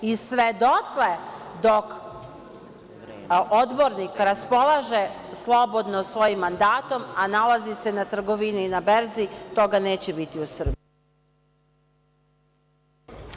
I, sve dotle dok odbornik raspolaže slobodno svojim mandatom, a nalazi se na trgovini, na berzi, toga neće biti u Srbiji.